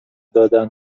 دادن